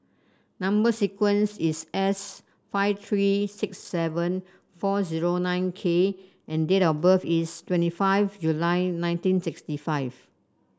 number sequence is S five three six seven four zero nine K and date of birth is twenty five July nineteen sixty five